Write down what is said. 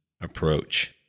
approach